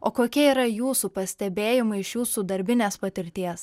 o kokie yra jūsų pastebėjimai iš jūsų darbinės patirties